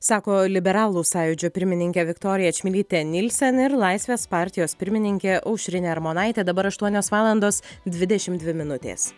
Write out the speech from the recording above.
sako liberalų sąjūdžio pirmininkė viktorija čmilytė nilsen ir laisvės partijos pirmininkė aušrinė armonaitė dabar aštuonios valandos dvidešim dvi minutės